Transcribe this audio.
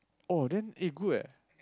oh then eh good eh